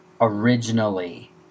originally